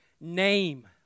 name